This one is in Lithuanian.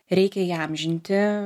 reikia įamžinti